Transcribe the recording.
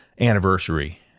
anniversary